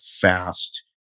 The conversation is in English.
fast